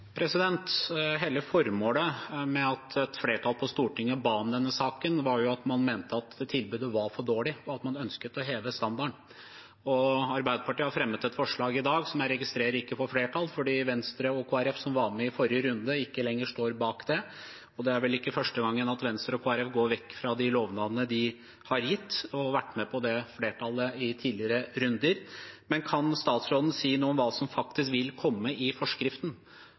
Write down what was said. Hele formålet med at et flertall på Stortinget ba om denne saken, var jo at man mente at tilbudet var for dårlig, og at man ønsket å heve standarden. Arbeiderpartiet har fremmet et forslag i dag som jeg registrerer ikke får flertall, fordi Venstre og Kristelig Folkeparti, som vanlig, i forrige runde ikke lenger sto bak det. Det er vel ikke første gangen Venstre og Kristelig Folkeparti går vekk fra de lovnadene de har gitt, når de har vært med i et flertall i tidligere runder. Men kan statsråden si noe om hva som faktisk vil komme i forskriften?